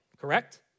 correct